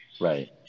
Right